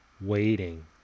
waiting